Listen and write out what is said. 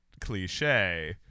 cliche